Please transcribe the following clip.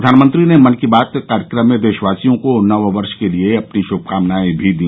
प्रधानमंत्री ने मन की बात कार्यक्रम में देशवासियों को नव वर्ष के लिए अपनी श्मकामनाएं भी दी